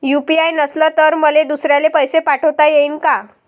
UPI नसल तर मले दुसऱ्याले पैसे पाठोता येईन का?